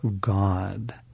God